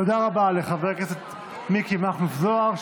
תודה רבה לחבר הכנסת מיקי מכלוף זוהר,